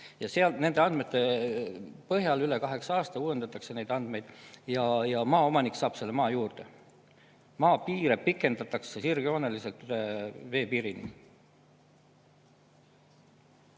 ETAK-is. Nende andmete põhjal üle kaheksa aasta uuendatakse neid andmeid ja maaomanik saab selle maa juurde. Maa piire pikendatakse sirgjooneliselt veepiirini.